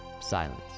Silence